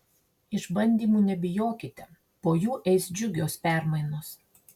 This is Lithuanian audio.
išbandymų nebijokite po jų eis džiugios permainos